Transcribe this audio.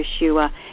Yeshua